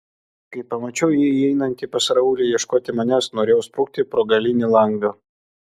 kai pamačiau jį įeinantį pas raulį ieškoti manęs norėjau sprukti pro galinį langą